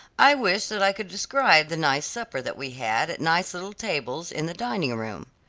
i wish that i could describe the nice supper that we had at nice little tables in the dining-room.